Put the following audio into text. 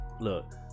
look